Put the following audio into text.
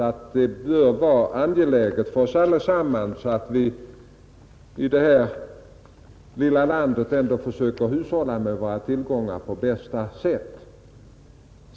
Det bör vara angeläget för oss allesamman i detta lilla land att ändå försöka hushålla med våra tillgångar på bästa sätt.